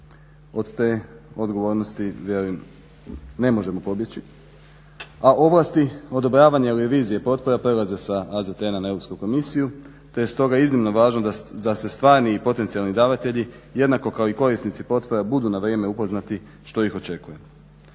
Od te odgovornosti velim ne možemo pobjeći, a ovlasti odobravanja i revizije potpora prelaze sa AZTN-a na Europsku komisiju te je stoga iznimno važno da se stvarni i potencijalni davatelji jednako kao i korisnici potpora budu na vrijeme upoznati što ih očekuje.